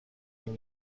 این